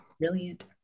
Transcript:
brilliant